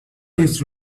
his